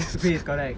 paste correct